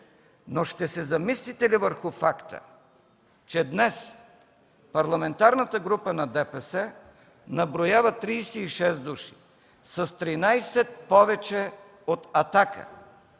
но ще се замислите ли върху факта, че днес Парламентарната група на ДПС наброява 36 души – с 13 повече от „Атака”.